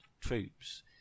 troops